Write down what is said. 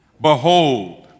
Behold